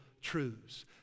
truths